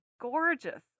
gorgeous